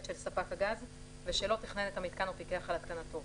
של ספק הגז ושלא תכנן את המיתקן או פיקח על התקנתו.